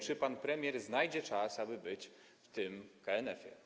Czy pan premier znajdzie czas, aby być w tym KNF-ie?